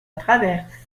traverse